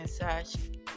message